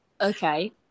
okay